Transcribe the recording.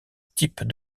type